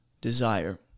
desire